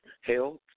health